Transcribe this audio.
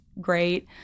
great